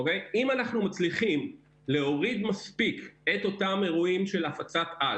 אם אנחנו מצליחים להוריד מספיק את אותם אירועים של הפצת על